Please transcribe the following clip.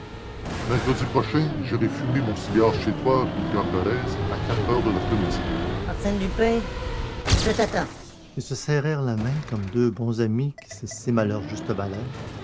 mercredi prochain j'irai fumer mon cigare chez vous rue pergolèse à quatre heures de l'après-midi arsène lupin je vous attends ils se serrèrent la main comme deux bons amis qui s'estiment à leur juste valeur